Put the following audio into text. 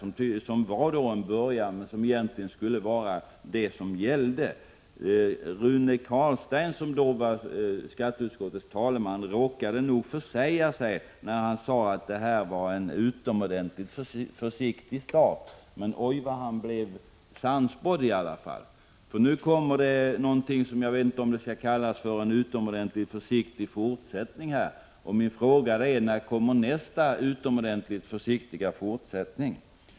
Då fanns början till en utformning som sedan visade sig vara den som gällde. Rune Carlstein, som då var skatteutskottets talesman, råkade nog försäga sig när han sade att detta var en utomordentligt försiktig start. Men oj vad han blev sannspådd! Jag vet inte om det som nu kommer skall kallas en utomordentligt försiktig fortsättning. Min fråga är i så fall: När kommer nästa utomordentligt försiktiga fortsättning?